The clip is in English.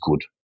good